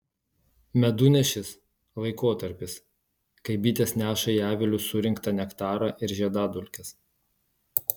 medunešis laikotarpis kai bitės neša į avilius surinktą nektarą ir žiedadulkes